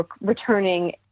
returning